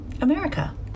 America